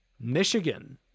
Michigan